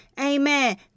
Amen